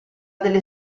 delle